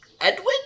Edwin